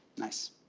nice.